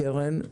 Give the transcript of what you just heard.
על השקעות הקרן,